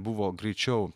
buvo greičiau